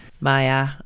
Maya